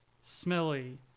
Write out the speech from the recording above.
smelly